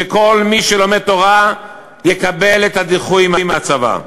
שכל מי שלומד תורה יקבל את הדיחוי מהצבא.